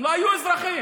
הם לא היו אזרחים.